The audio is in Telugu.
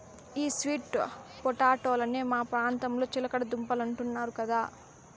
ఈ స్వీట్ పొటాటోలనే మా ప్రాంతంలో చిలకడ దుంపలంటున్నారు కదా